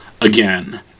again